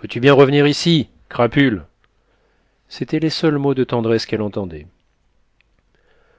veux-tu bien revenir ici crapule c'étaient les seuls mots de tendresse qu'elle entendait